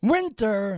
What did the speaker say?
Winter